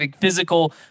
physical